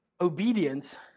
obedience